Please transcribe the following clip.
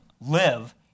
live